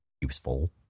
useful